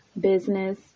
business